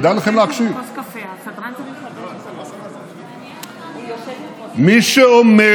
כדאי לכם להקשיב: מי שאומר